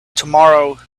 tomorrow